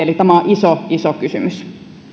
eli tämä on iso iso kysymys